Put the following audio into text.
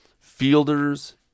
fielders